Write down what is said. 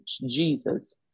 Jesus